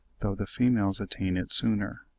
though the females attain it sooner.